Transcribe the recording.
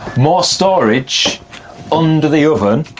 more storage under the oven,